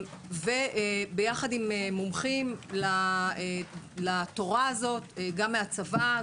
אנשי המקצוע שלנו ביחד עם מומחים לתורה הזאת גם מהצבא,